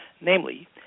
Namely